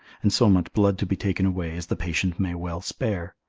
and so much blood to be taken away as the patient may well spare,